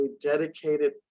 dedicated